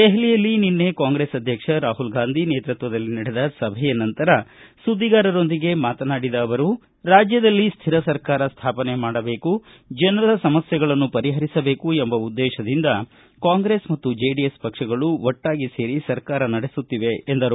ದೆಹಲಿಯಲ್ಲಿ ನಿನ್ನೆ ಕಾಂಗ್ರೆಸ್ ಅಧ್ಯಕ್ಷ ರಾಹುಲ್ ಗಾಂಧಿ ನೇತೃತ್ವದಲ್ಲಿ ನಡೆದ ಸಭೆಯ ನಂತರ ಸುದ್ದಿಗಾರರೊಂದಿಗೆ ಮಾತನಾಡಿದ ಅವರು ರಾಜ್ಯದಲ್ಲಿ ಸ್ಥಿರ ಸರ್ಕಾರ ಸ್ಥಾಪನೆ ಮಾಡಬೇಕು ಜನರ ಸಮಸ್ಕೆಗಳನ್ನು ಪರಿಹರಿಸಬೇಕು ಎಂಬ ಉದ್ದೇಶದಿಂದ ಕಾಂಗ್ರೆಸ್ ಮತ್ತು ಜೆಡಿಎಸ್ ಪಕ್ಷಗಳು ಒಟ್ಷಾಗಿ ಸೇರಿ ಸರ್ಕಾರ ನಡೆಸುತ್ತಿವೆ ಎಂದರು